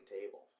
table